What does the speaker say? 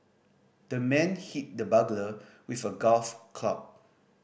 the man hit the burglar with a golf club